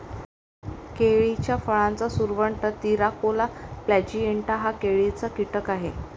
केळीच्या फळाचा सुरवंट, तिराकोला प्लॅजिएटा हा केळीचा कीटक आहे